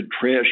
trash